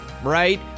Right